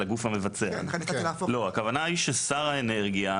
הכוונה היא ששר האנרגיה,